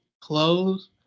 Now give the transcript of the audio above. close